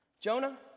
jonah